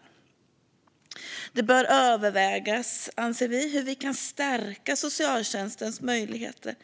Vi anser att det bör övervägas hur vi kan stärka socialtjänstens möjligheter